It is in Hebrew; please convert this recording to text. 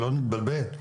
שלא נתבלבל.